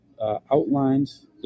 outlines